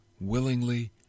willingly